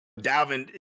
Dalvin